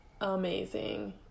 amazing